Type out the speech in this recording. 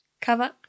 cover